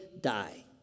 die